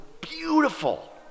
beautiful